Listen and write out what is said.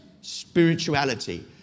spirituality